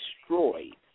destroyed